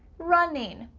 running,